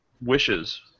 wishes